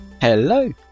Hello